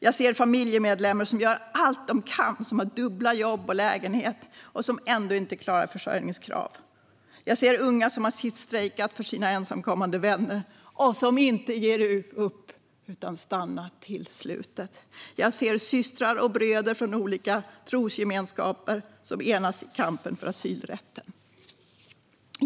Jag ser familjemedlemmar som gör allt de kan - som har dubbla jobb och lägenhet - och som ändå inte klarar försörjningskrav. Jag ser unga som har sittstrejkat för sina ensamkommande vänner och som inte ger upp utan stannar till slutet. Jag ser systrar och bröder från olika trosgemenskaper som enas i kampen för asylrätten.